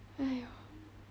!aiyo!